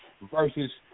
versus